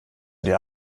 dir